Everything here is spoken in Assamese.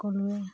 ক'লোৱে